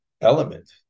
element